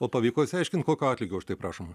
o pavyko išsiaiškint kokio atlygio už tai prašoma